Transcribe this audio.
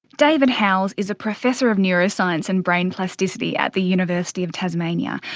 david howells is a professor of neuroscience and brain plasticity at the university of tasmania.